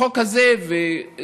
בחוק הזה ודומיו